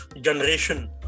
generation